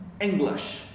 English